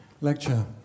lecture